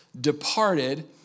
departed